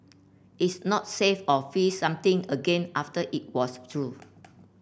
it's not safe of freeze something again after it was through